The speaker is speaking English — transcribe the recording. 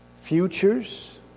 futures